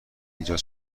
ایجاد